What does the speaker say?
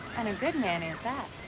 and a good manny, at that.